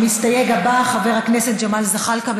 המסתייג הבא הוא חבר הכנסת ג'מאל זחאלקה.